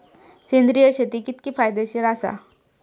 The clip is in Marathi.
सेंद्रिय शेती कितकी फायदेशीर आसा?